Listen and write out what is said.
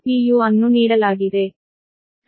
u ಅನ್ನು ನೀಡಲಾಗಿದೆ